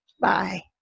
bye